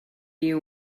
you